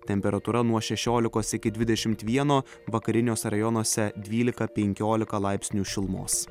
temperatūra nuo šešiolikos iki dvidešimt vieno vakariniuose rajonuose dvylika penkiolika laipsnių šilumos